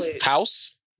House